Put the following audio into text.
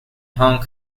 hong